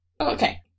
Okay